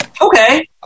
Okay